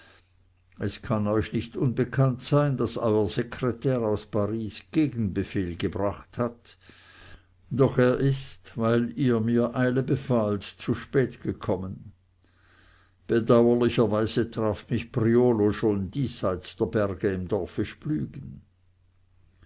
es kann euch nicht unbekannt sein daß euer sekretär aus paris gegenbefehl gebracht hat doch er ist weil ihr mir eile befahlt zu spät gekommen bedauerlicherweise traf mich priolo schon diesseits der berge im dorfe splügen